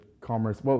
Commerce